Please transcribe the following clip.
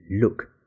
look